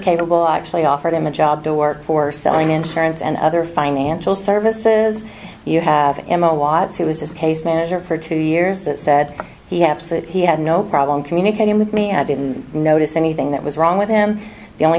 capable actually offered him a job to work for selling insurance and other financial services you have emma watts who was his case manager for two years that said he had to say he had no problem communicating with me i didn't notice anything that was wrong with him the only